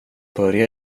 börja